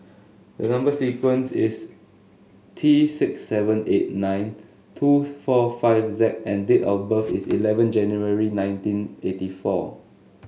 the number sequence is T six seven eight nine two four five Z and date of birth is eleven January nineteen eighty four